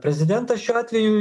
prezidentas šiuo atveju